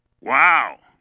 wow